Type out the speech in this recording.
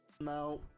now